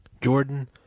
Jordan